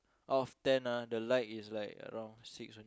out of ten ah the like is like around six only